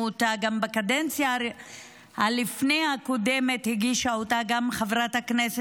בבקשה, לרשותך, חמש דקות.